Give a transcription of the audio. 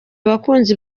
abakunzi